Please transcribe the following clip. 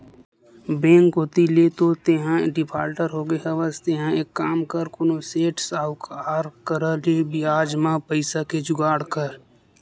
bank कोती ले तो तेंहा डिफाल्टर होगे हवस तेंहा एक काम कर कोनो सेठ, साहुकार करा ले बियाज म पइसा के जुगाड़ कर